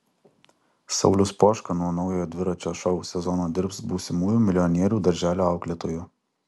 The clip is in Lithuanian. saulius poška nuo naujojo dviračio šou sezono dirbs būsimųjų milijonierių darželio auklėtoju